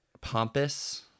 pompous